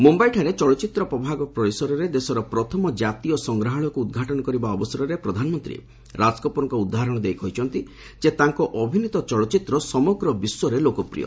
ମୁମ୍ୟଇଠାରେ ଚଳଚ୍ଚିତ୍ର ପ୍ରଭାଗ ପରିସରରେ ଦେଶର ପ୍ରଥମ ଜାତୀୟ ସଂଗ୍ରହାଳୟକୁ ଉଦ୍ଘାଟନ କରିବା ଅବସରରେ ପ୍ରଧାନମନ୍ତ୍ରୀ ରାଜକପୁର୍ଙ୍କ ଉଦାହରଣ ଦେଇ କହିଛନ୍ତି ତାଙ୍କ ଅଭିନୀତ ଚଳଚ୍ଚିତ୍ର ସମଗ୍ର ବିଶ୍ୱରେ ଲୋକପ୍ରିୟ